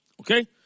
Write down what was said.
Okay